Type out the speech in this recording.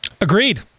Agreed